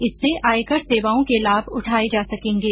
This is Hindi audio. इससे आयकर सेवाओं के लाभ उठाए जा सकेंगे